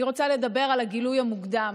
אני רוצה לדבר על הגילוי המוקדם,